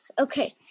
Okay